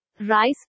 rice